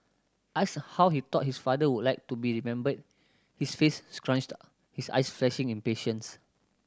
asked how he thought his father would like to be remembered his face scrunched up his eyes flashing impatience